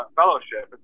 fellowship